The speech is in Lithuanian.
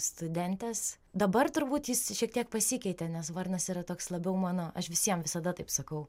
studentės dabar turbūt jis šiek tiek pasikeitė nes varnas yra toks labiau mano aš visiems visada taip sakau